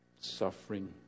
Suffering